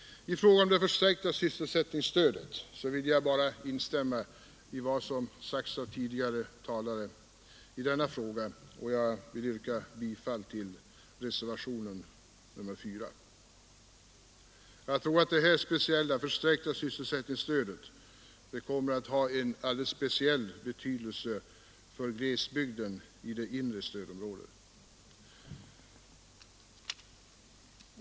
I fråga om det förstärkta sysselsättningsstödet vill jag bara instämma i vad som sagts av tidigare talare i denna fråga. Jag yrkar bifall till reservationen 4. Det förstärkta sysselsättningsstödet kommer att få speciell betydelse för glesbygden i det inre stödområdet.